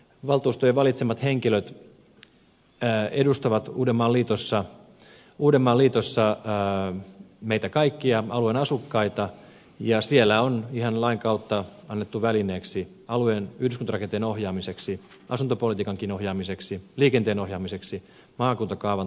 valtuustojen valitsemat henkilöt edustavat uudenmaan liitossa meitä kaikkia alueen asukkaita ja siellä on ihan lain kautta annettu välineeksi alueen yhdyskuntarakenteen ohjaamiseksi asuntopolitiikankin ohjaamiseksi ja liikenteen ohjaamiseksi maakuntakaavan tekemisen vastuu